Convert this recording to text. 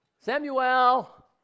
Samuel